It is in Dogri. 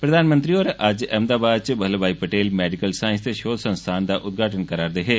प्रधानंत्री होर अज्ज अहमदाबाद च वल्लभ भाई पटेल मैडिकल सांईस ते षोध संस्थान दा उदघाटन करारदे हे